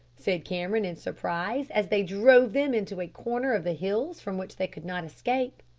said cameron in surprise, as they drove them into a corner of the hills from which they could not escape.